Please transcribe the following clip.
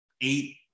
eight